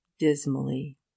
dismally